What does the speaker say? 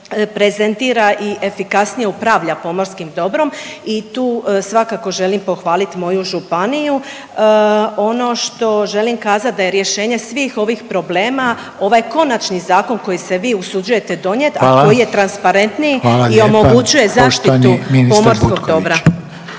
prezentira i efikasnije upravlja pomorskim dobrom i tu svakako želim pohvaliti moju županiju. Ono što želim kazati da je rješenje svih ovih problema ovaj konačni zakon koji se vi usuđujete donijeti …/Upadica: Hvala./… a koji je transparentniji …/Upadica: Hvala lijepa./… i omogućuje zaštitu pomorskog dobra. **Reiner, Željko (HDZ)** Poštovani ministar Butković.